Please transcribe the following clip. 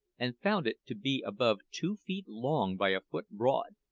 and found it to be above two feet long by a foot broad,